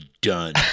done